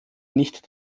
nicht